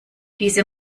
diese